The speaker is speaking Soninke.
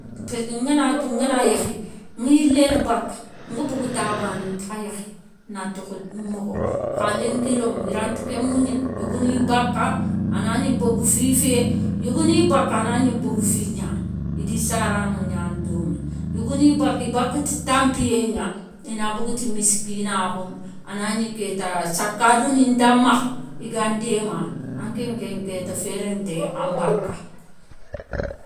Paske nga na tou nga na yékhi, ŋi yilléne bake, nga bogou ta bane ta ntakha yékhine, na tokhe mokho. Kha lénki rémou i rante ké mougnine. Yogo ni baka a na gni bogue fi fé. Yogo niye bake a na gni bogue fi niane, i di sarano niane domé. Yogo niye bake i bake ti tampiyé nia, i na bogue ti miskinakhou. A na gni kéta sakadou ni nta makhe i gan démane. Anké kéŋe kéta féré ntéye an baka.